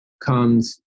comes